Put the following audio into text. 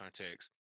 context